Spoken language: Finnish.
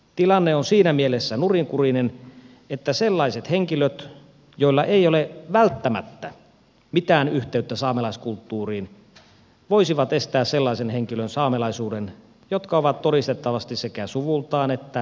tilanne on siinä mielessä nurinkurinen että sellaiset henkilöt joilla ei ole välttämättä mitään yhteyttä saamelaiskulttuuriin voisivat estää sellaisten henkilöiden saamelaisuuden jotka ovat todistettavasti sekä suvultaan että elämäntavaltaan saamelaisia